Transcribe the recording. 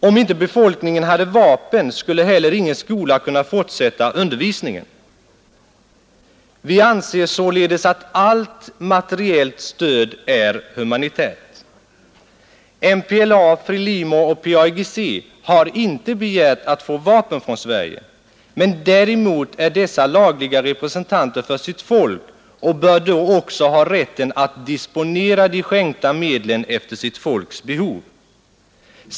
Om inte befolkningen hade vapen, skulle heller ingen skola kunna fortsätta undervisningen. Vi anser således att allt materiellt stöd är humanitärt. MPLA, FRELIMO och PAIGC har inte begärt att få vapen från Sverige, men däremot är dessa organisationer lagliga representanter för sitt folk och bör då också ha rätten att disponera de skänkta medlen efter sitt folks behov.